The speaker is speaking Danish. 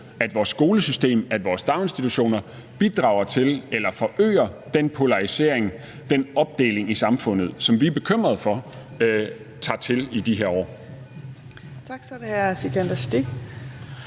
at vores skolesystem og daginstitutioner bidrager til eller forøger den polarisering og den opdeling i samfundet, som vi er bekymret for tager til i de her år.